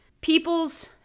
people's